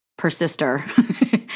persister